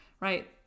right